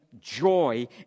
joy